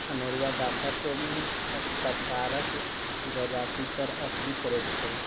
अनेरूआ गाछक पसारसँ जजातिपर असरि पड़ैत छै